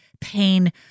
pain